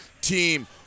team